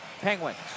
Penguins